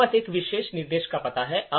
हमारे पास इस विशेष निर्देश का पता है